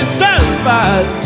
satisfied